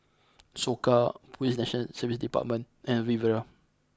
Soka Police National Service Department and Riviera